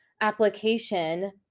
application